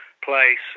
place